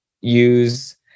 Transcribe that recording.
use